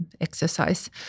exercise